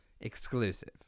exclusive